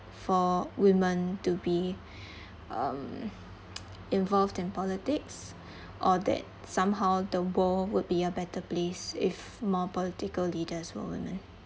for women to be um involved in politics or that somehow the world would be a better place if more political leaders were women